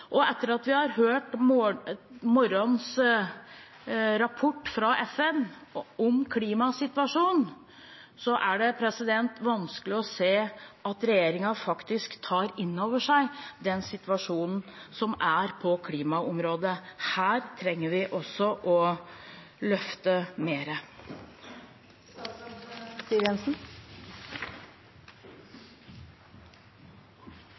Etter at vi har hørt morgenens rapport fra FN om klimasituasjonen, er det vanskelig å se at regjeringen tar inn over seg situasjonen på klimaområdet. Her trenger vi også å løfte